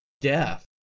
death